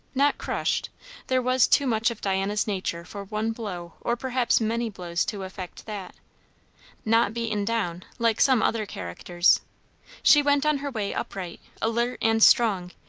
not crushed there was too much of diana's nature for one blow or perhaps many blows to effect that not beaten down, like some other characters she went on her way upright, alert, and strong,